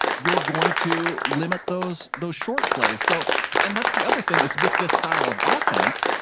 you're going to limit those those short plays. so and that's the other thing is with this style of offense,